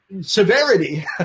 severity